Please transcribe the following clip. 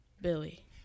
Billy